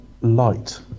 light